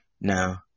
Now